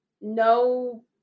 no